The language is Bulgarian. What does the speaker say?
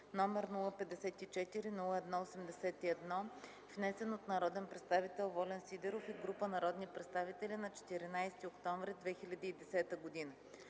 № 054-01-81, внесен от народния представител Волен Сидеров и група народни представители на 14 октомври 2010 г.